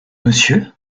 monsieur